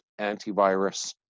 antivirus